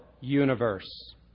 universe